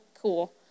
cool